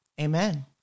amen